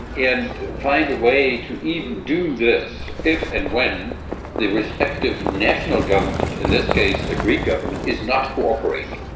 and find a way to even do this if and when the respective national government, in this case the greek government, is not cooperating.